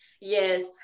Yes